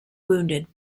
wounded